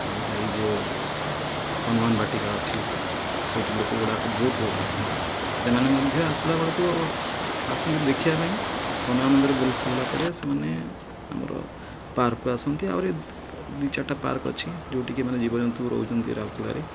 ଆମର ଏଇ ଯେଉଁ ହନୁମାନ ବାଟିକା ଅଛି ସେଠି ଲୋକ ଗୁଡ଼ାକ ବହୁତ ବହୁତ ଆସନ୍ତି ସେମାନେ ମଧ୍ୟ ଆସିଲା ବେଳକୁ ଆସନ୍ତି ଦେଖିବା ପାଇଁ ହନୁମାନ ମନ୍ଦିରେ ବୁଲି ସାରିଲା ପରେ ସେମାନେ ଆମର ପାର୍କକୁ ଆସନ୍ତି ଆହୁରି ଦି ଚାରିଟା ପାର୍କ ଅଛି ଯେଉଁଠିକି ମାନେ ଜୀବଜନ୍ତୁ ରହୁଛନ୍ତି ରାଉରକେଲାରେ